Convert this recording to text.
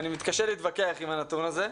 אני מתקשה להתווכח עם הנתון הזה,